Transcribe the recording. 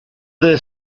their